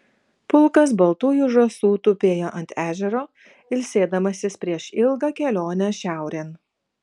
pulkas baltųjų žąsų tupėjo ant ežero ilsėdamasis prieš ilgą kelionę šiaurėn